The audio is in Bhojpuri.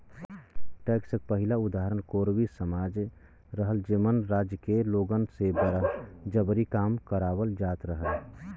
टैक्स क पहिला उदाहरण कोरवी समाज रहल जेमन राज्य के लोगन से जबरी काम करावल जात रहल